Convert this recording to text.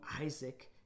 Isaac